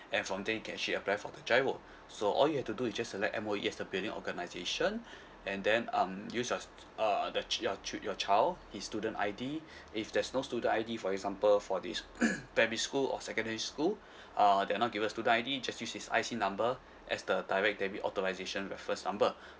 and from there you can actually apply for the GIRO so all you have to do is just select M_O_E as the billing organisation and then um use your s~ uh the ch~ your ch~ your child his student I_D if there's no student I_D for example for this primary school or secondary school uh they're not given student I_D just use his I_C number as the direct debit authorisation reference number